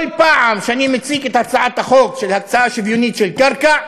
כל פעם שאני מציג את הצעת החוק של הקצאה שוויונית של קרקע,